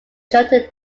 shorter